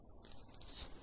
ధన్యవాదాలు